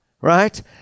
Right